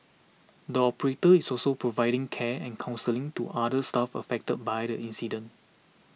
the operator is also providing care and counselling to other staff affected by the incident